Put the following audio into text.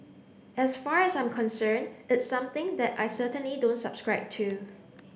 as far as I'm concern it's something that I certainly don't subscribe to